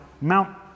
Mount